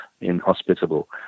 inhospitable